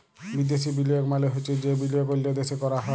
বিদ্যাসি বিলিয়গ মালে চ্ছে যে বিলিয়গ অল্য দ্যাশে ক্যরা হ্যয়